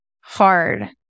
hard